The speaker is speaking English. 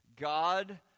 God